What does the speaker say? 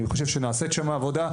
אני חושב שנעשית שם עבודה,